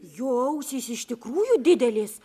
jo ausys iš tikrųjų didelės